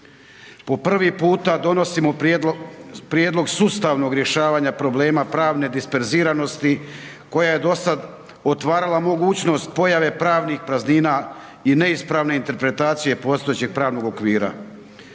Po prvi puta donosimo prijedlog sustavnog rješavanja problema pravne disperziranosti koja je dosad otvarala mogućnost pojave pravnih praznina i neispravne interpretacije postojećeg pravnog okvira.